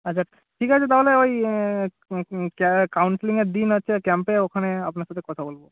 আচ্ছা ঠিক আছে তাহলে ওই কাউন্সেলিং এর দিন হচ্ছে ক্যাম্পে ওখানে আপনার সাথে কথা বলব